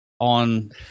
on